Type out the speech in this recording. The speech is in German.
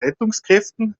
rettungskräften